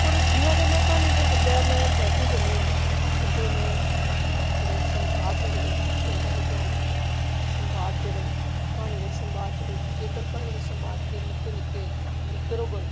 और जि'यां कि में क्हानी दे अग्गें में बधदी जन्नी आं उं'दे में जेह्डे़ संवाद न जेह्डे़ उं'दा बी ध्यान रक्खना ऐ संवाद जेह्डे़ न क्हानी दे संवाद च जेकर क्हानी दे संवाद निक्के निक्के निग्गर होङन